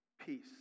peace